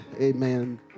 amen